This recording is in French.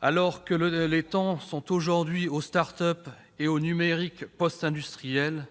Alors que les temps sont aujourd'hui aux start-up et au numérique post-industriel,